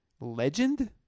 Legend